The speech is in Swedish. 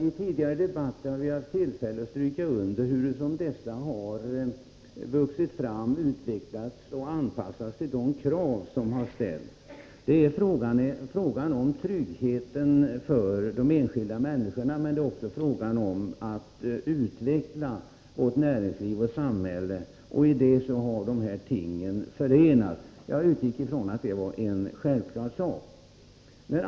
I tidigare debatter har vi haft tillfälle att stryka under hur dessa har vuxit fram, utvecklats och anpassats till de krav som har ställts. Det är fråga om tryggheten för de enskilda människorna, men det är också fråga om att utveckla vårt näringsliv och samhälle. I det här sammanhanget har dessa ting förenats. Jag utgick från att det var en självklar sak.